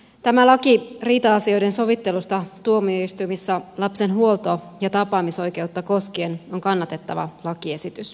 tämä laki riita asioiden sovittelusta tuomioistuimissa lapsen huoltoa ja tapaamisoikeutta koskien on kannatettava lakiesitys